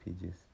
pages